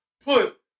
put